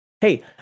Hey